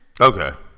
Okay